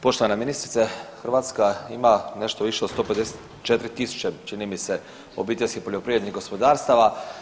Poštovana ministrice, Hrvatska ima nešto više od 154000 čini mi se obiteljskih poljoprivrednih gospodarstava.